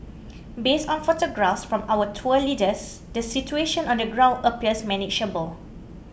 based on photographs from our tour leaders the situation on the ground appears manageable